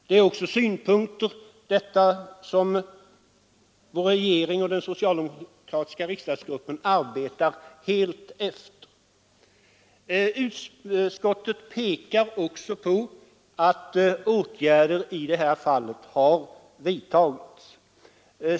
Det är också synpunkter enligt vilka vår regering och den socialdemokratiska riksdagsgruppen helt arbetar. Utskottsmajoriteten pekar även på att åtgärder har vidtagits i detta fall.